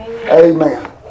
amen